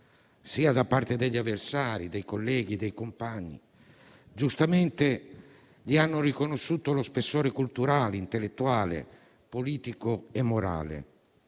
da parte degli avversari, dei colleghi e dei compagni. Giustamente gli hanno riconosciuto lo spessore culturale, intellettuale, politico e morale.